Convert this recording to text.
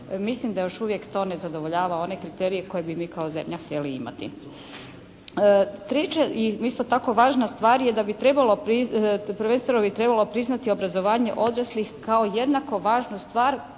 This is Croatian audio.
mislim da još uvijek to ne zadovoljava one kriterije koje bi mi kao zemlja htjeli imati. Treće i isto tako važna stvar je da bi trebalo, prvenstveno bi trebalo priznati obrazovanje odraslih kao jednako važnu stvar,